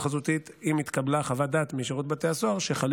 חזותית אם התקבלה חוות דעת משירות בתי הסוהר שחלים